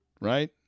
right